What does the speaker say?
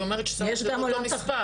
היא אומרת שזה אותו מספר.